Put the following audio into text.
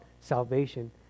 salvation